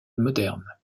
modernes